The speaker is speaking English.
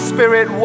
Spirit